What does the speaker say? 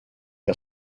que